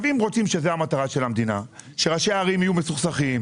אם זאת המטרה של המדינה ורוצים שראשי הערים יהיו מסוכסכים,